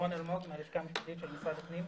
הלשכה המשפטית של משרד הפנים.